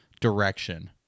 direction